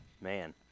Man